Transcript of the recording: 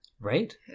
Right